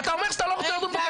אתה אומר שאתה לא רוצה לדון פה,